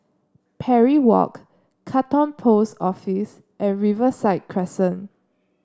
Parry Walk Katong Post Office and Riverside Crescent